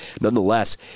nonetheless